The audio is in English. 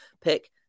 pick